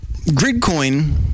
Gridcoin